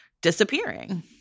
disappearing